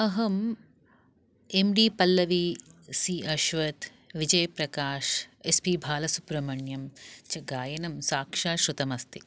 अहं M D Pallavi C Ashwath Vijay Prakash S P Balasubrahmanyam च गायनं साक्षात् श्रुतम् अस्ति